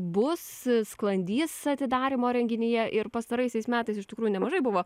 bus sklandys atidarymo renginyje ir pastaraisiais metais iš tikrųjų nemažai buvo